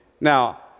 Now